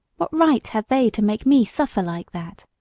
what right had they to make me suffer like that?